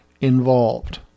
involved